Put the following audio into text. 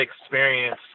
experience